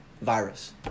virus